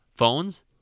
Phones